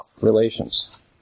relations